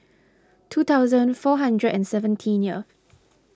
two thousand four hundred and seventeen